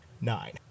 nine